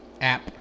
app